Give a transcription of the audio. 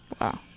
Wow